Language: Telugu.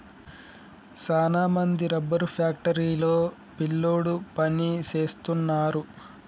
సాన మంది రబ్బరు ఫ్యాక్టరీ లో పిల్లోడు పని సేస్తున్నారు